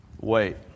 Wait